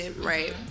right